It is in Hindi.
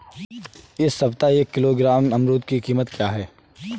इस सप्ताह एक किलोग्राम अमरूद की कीमत क्या है?